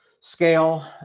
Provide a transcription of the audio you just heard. Scale